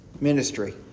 ministry